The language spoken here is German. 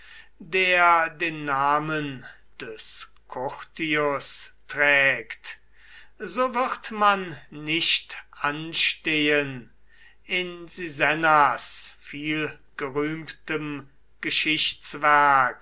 der den namen des curtius trägt so wird man nicht anstehen in sisennas vielgerühmtem geschichtswerk